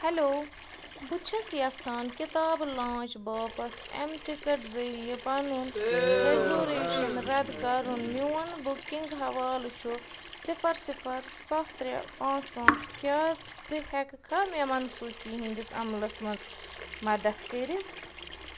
hello بہٕ چھُس یژھان کتابہٕ لانٛچ باپتھ اٮ۪م ٹِکٹ ذٔریعہٕ پَنُن رٮ۪زوٗریشَن رَد کرُن میون بُکِنٛگ حوالہٕ چھُ صِفر صِفر سَتھ ترٛےٚ پانٛژھ پانٛژھ کیٛاہ ژٕ ہٮ۪کہٕ کھا مےٚ منسوٗخی ہِنٛدس عملس منٛز مدتھ کٔرتھ